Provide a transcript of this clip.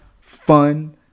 fun